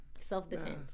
Self-defense